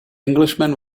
englishman